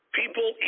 people